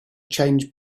changed